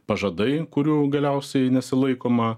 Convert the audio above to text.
pažadai kurių galiausiai nesilaikoma